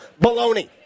Baloney